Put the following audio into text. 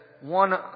one